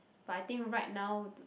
but I think right now